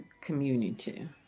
community